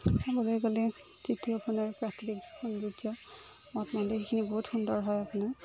চাবলৈ গ'লে যিটো আপোনাৰ প্ৰাকৃতিক সৌন্দৰ্য মঠ মন্দিৰ সেইখিনি বহুত সুন্দৰ হয় আপোনাৰ